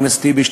חבר הכנסת טיבי,